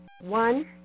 One